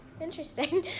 Interesting